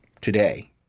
today